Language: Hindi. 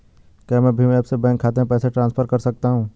क्या मैं भीम ऐप से बैंक खाते में पैसे ट्रांसफर कर सकता हूँ?